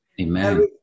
Amen